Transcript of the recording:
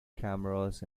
cameras